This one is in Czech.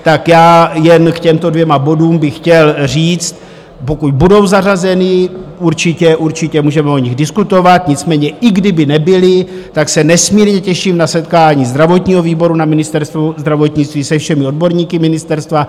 Tak já jen k těmto dvěma bodům bych chtěl říct, pokud budou zařazeny určitě, určitě můžeme o nich diskutovat, nicméně i kdyby nebyly, tak se nesmírně těším na setkání zdravotního výboru na Ministerstvu zdravotnictví se všemi odborníky ministerstva.